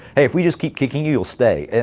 if we just keep kicking you, you'll stay.